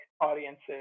audiences